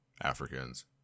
Africans